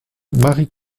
marie